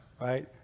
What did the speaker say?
right